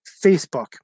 Facebook